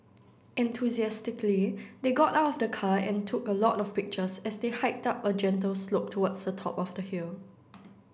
enthusiastically they got out of the car and took a lot of pictures as they hiked up a gentle slope towards the top of the hill